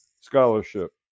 scholarship